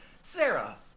Sarah